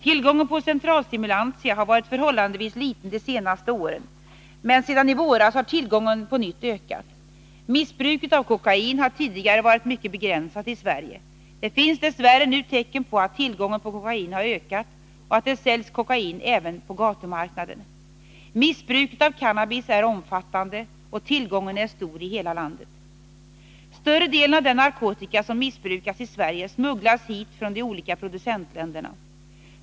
Tillgången på centralstimulantia har varit förhållandevis liten de senaste åren, men sedan i våras har tillgången på nytt ökat. Missbruket av kokain har tidigare varit mycket begränsat i Sverige. Det finns dess värre nu tecken på att tillgången på kokain har ökat och att det säljs kokain även på gatumarknaden. Missbruket av cannabis är omfattånde, och tillgången är stor i hela landet. Större delen av den narkotika som missbrukas i Sverige smugglas hit från de olika producentländerna.